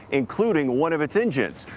including one of its engines.